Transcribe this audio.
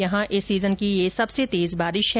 यहां इस सीजन की सबसे तेज बारिश है